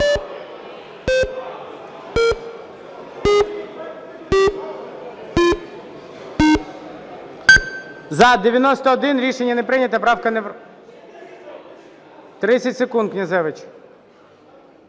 За-91 Рішення не прийнято. Правка не… 30 секунд – Князевич.